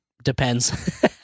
depends